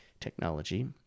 technology